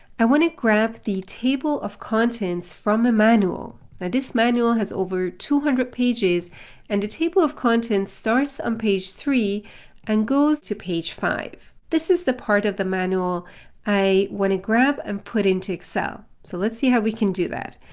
i want to grab the table of contents from a manual. now, this manual has over two hundred pages and the table of contents starts on page three and goes to page five. this is the part of the manual i want to grab and put into excel. so let's see how we can do that.